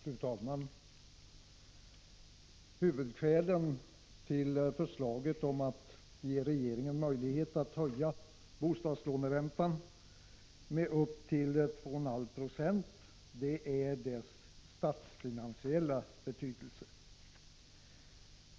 Fru talman! Huvudskälet till förslaget om att ge regeringen möjlighet att höja bostadslåneräntan med upp till 2,5 26 är dess statsfinansiella betydelse.